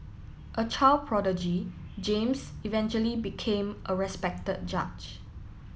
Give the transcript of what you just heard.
a child prodigy James eventually became a respected judge